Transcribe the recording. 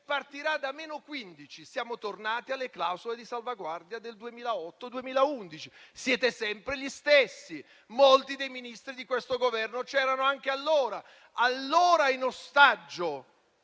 partirà da -15. Siamo tornati alle clausole di salvaguardia del 2008-2011. Siete sempre gli stessi. Molti dei Ministri di questo Governo c'erano anche allora. Allora in ostaggio